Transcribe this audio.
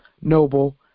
noble